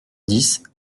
dix